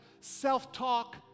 self-talk